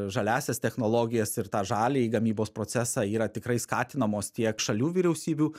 žaliąsias technologijas ir tą žalią į gamybos procesą yra tikrai skatinamos tiek šalių vyriausybių